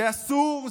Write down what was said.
זה אסור.